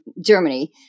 Germany